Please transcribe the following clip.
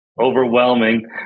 overwhelming